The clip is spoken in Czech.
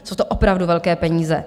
Jsou to opravdu velké peníze.